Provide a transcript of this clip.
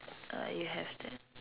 uh you have that